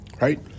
Right